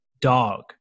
dog